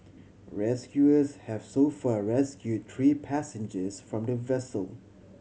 rescuers have so far rescued three passengers from the vessel